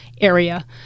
area